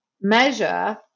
measure